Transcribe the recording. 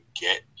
get